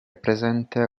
presente